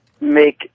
make